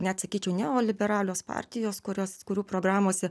net sakyčiau neoliberalios partijos kurios kurių programose